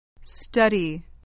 Study